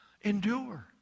Endure